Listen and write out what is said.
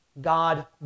God